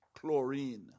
chlorine